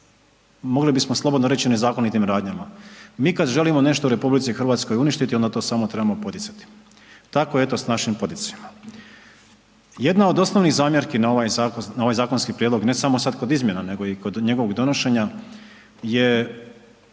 mogli bismo slobodno reći, nezakonitim radnjama, mi kad želimo nešto u RH uništiti onda to samo trebamo poticati, tako, eto s našim poticajima. Jedna od osnovnih zamjerki na ovaj zakonski prijedlog, ne samo sad kod izmjena, nego i kod njegovog donošenja je